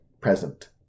present